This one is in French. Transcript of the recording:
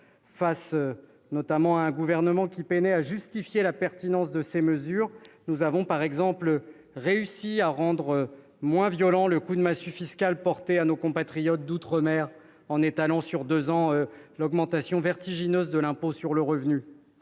Face à un gouvernement peinant à justifier la pertinence de ses mesures, nous avons, par exemple, réussi à rendre moins violent le coup de massue fiscal porté à nos compatriotes d'outre-mer en étalant sur deux ans l'augmentation vertigineuse de l'impôt sur le revenu.